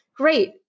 great